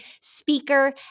speaker